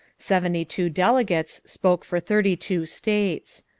seventy-two delegates spoke for thirty-two states.